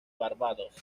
barbados